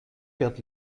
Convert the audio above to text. fährt